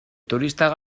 turistak